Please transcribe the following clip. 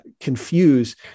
confuse